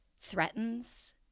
threatens